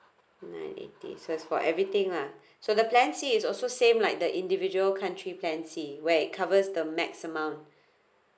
nine eight so it's for everything lah so the plan C is also same like the individual country plan C where it covers the max amount